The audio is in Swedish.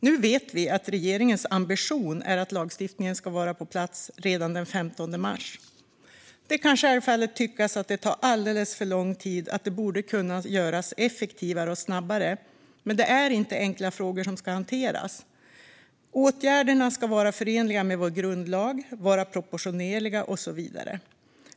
Nu vet vi att regeringens ambition är att lagstiftningen ska vara på plats redan den 15 mars. Det kan självfallet tyckas att det tar alldeles för lång tid och att detta borde kunna göras effektivare och snabbare, men det är inte enkla frågor som ska hanteras. Åtgärderna ska vara förenliga med vår grundlag, vara proportionerliga och så vidare.